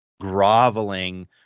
Groveling